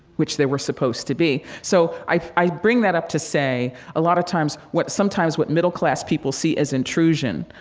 which there were supposed to be. so, i i bring that up to say a lot of times, what sometimes what middle class people see as intrusion,